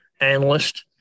analyst